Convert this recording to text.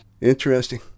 interesting